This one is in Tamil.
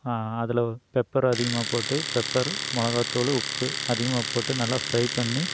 அதில் பெப்பரு அதிகமாக போட்டு பெப்பர் மிளகா தூள் உப்பு அதிகமாக போட்டு நல்லா ஃப்ரை பண்ணி